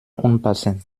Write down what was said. unpassend